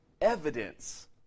evidence